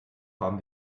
haben